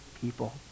people